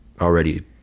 already